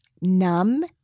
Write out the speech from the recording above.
numb